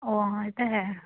ਓ ਹਾਂ ਇਹ ਤਾਂ ਹੈ